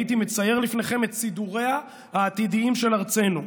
הייתי מצייר לפניכם את סידוריה העתידיים של ארצנו",